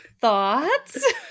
Thoughts